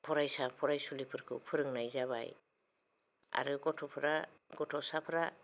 फरायसा फरायसुलिफोरखौ फोरोंनाय जाबाय आरो गथ'फोरा गथ'साफोरा